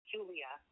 Julia